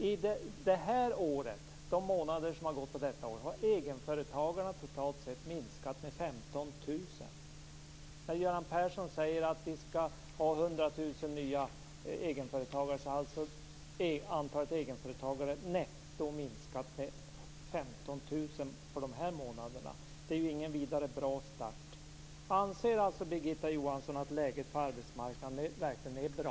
Under de månader som har gått av detta år har egenföretagarna totalt sett minskat med 15 000. När Göran Persson säger att vi skall ha 100 000 nya egenföretagare har antalet egenföretagare netto minskat med 15 000 under dessa månader. Det är ju ingen vidare bra start. Anser Birgitta Johansson att läget på arbetsmarknaden verkligen är bra?